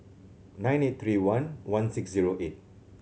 nine eight three one one six zero eight